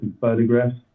photographs